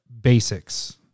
basics